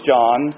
John